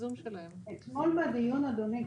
אתמול בדיון אדוני,